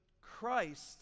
Christ